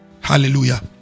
Hallelujah